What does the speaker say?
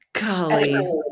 Golly